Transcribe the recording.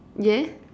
yeah